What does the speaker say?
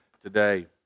today